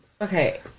Okay